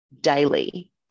daily